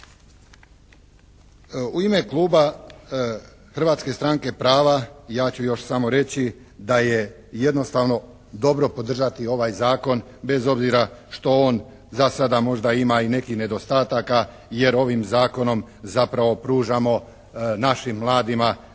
U ime kluba Hrvatske stranke prava ja ću još samo reći da je jednostavno dobro podržati ovaj zakon bez obzira što on za sada možda ima i nekih nedostataka, jer ovim zakonom zapravo pružamo našim mladima da